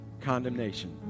Condemnation